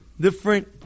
different